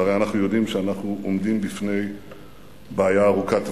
והרי אנחנו יודעים שאנחנו עומדים בפני בעיה ארוכת טווח,